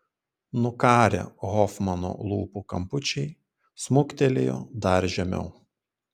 nukarę hofmano lūpų kampučiai smuktelėjo dar žemiau